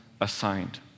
assigned